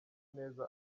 neza